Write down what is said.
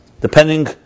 Depending